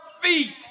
feet